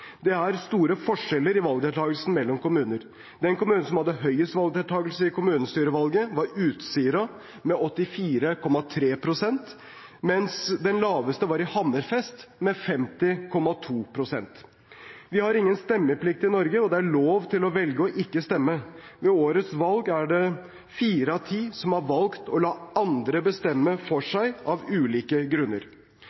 Det er store forskjeller i valgdeltakelsen mellom kommuner. Den kommunen med høyest valgdeltakelse ved kommunestyrevalget, var Utsira med 84,3 pst., mens den laveste var i Hammerfest med 50,2 pst. Vi har ingen stemmeplikt i Norge, og det er lov å velge å ikke stemme. Ved årets valg var det altså fire av ti som valgte å la andre bestemme for seg av ulike grunner.